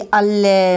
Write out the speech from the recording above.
alle